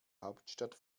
hauptstadt